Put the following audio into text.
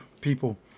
people